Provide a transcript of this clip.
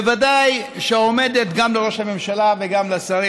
בוודאי שעומדת גם לראש הממשלה וגם לשרים